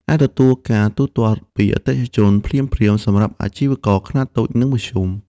អាចទទួលការទូទាត់ពីអតិថិជន ភ្លាមៗ សម្រាប់អាជីវករខ្នាតតូច និងមធ្យម។